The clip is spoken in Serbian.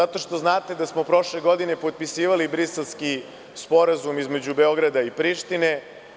Zato što znate da smo prošle godine potpisivali Briselski sporazum, između Beograda i Prištine.